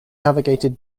navigated